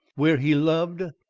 where he loved,